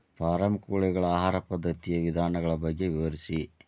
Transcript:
form ಕೋಳಿಗಳ ಆಹಾರ ಪದ್ಧತಿಯ ವಿಧಾನಗಳ ಬಗ್ಗೆ ವಿವರಿಸಿ